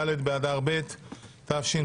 ד' באדר ב' התשפ"ב,